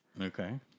Okay